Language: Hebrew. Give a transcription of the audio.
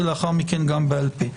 ולאחר מכן גם בעל פה.